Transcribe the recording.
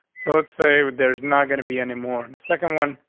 so let's say there's not gonna be any more in the second one.